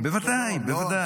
בוודאי.